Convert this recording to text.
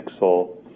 pixel